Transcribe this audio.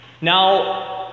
Now